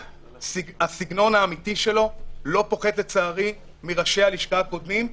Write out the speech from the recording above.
הסגנון האמיתי שלו לא שונה לצערי מראשי הלשכה הקודמים.